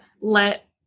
let